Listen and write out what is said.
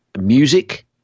music